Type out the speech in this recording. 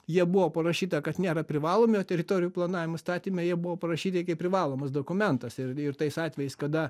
jie buvo parašyta kad nėra privalomi o teritorijų planavimo įstatyme jie buvo parašyti kaip privalomas dokumentas ir tais atvejais kada